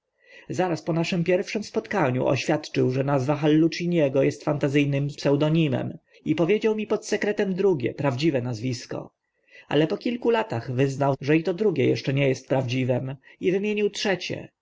zaraz po naszym pierwszym spotkaniu oświadczył że nazwa halluciniego est fantazy nym pseudonimem i powiedział mi pod sekretem drugie prawdziwe nazwisko ale po kilku latach wyznał że i to drugie eszcze nie est prawdziwym i wymienił trzecie